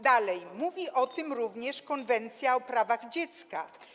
Dalej mówi o tym również Konwencja o prawach dziecka.